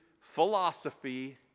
philosophy